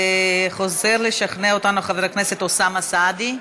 חוזר לשכנע אותנו חבר הכנסת אוסאמה סעדי,